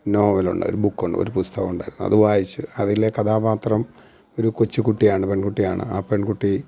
നോവലുണ്ട് ബുക്കുണ്ട് ഒരു പുസ്തകമുണ്ട് അത് വായിച്ച് അതിലെ കഥാപാത്രം ഒരു കൊച്ചു കുട്ടിയാണ് പെൺകുട്ടിയാണ് ആ പെൺകുട്ടി